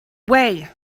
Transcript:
way